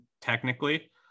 technically